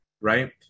Right